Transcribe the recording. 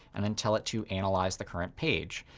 and then tell it to analyze the current page.